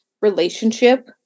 relationship